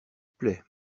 plait